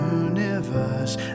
universe